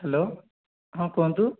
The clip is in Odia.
ହ୍ୟାଲୋ ହଁ କୁହନ୍ତୁ